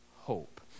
hope